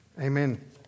Amen